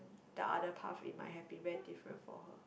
the other path it might have been very different for her